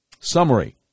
Summary